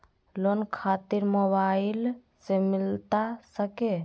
Loan खातिर mobile से मिलता सके?